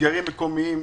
לסגרים מקומיים,